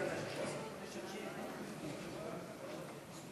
עבריין שעובר שלב ועוד